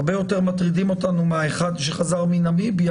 הרבה יותר מטרידים אותנו מאותו אחד שחזר מנמיביה,